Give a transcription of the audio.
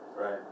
Right